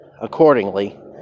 accordingly